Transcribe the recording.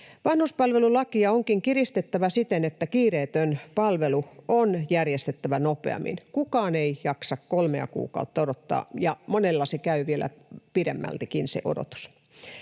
Vanhuspalvelulakia onkin kiristettävä siten, että kiireetön palvelu on järjestettävä nopeammin. Kukaan ei jaksa kolmea kuukautta odottaa, ja monella se odotus kestää vielä pidempäänkin.